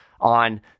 on